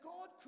God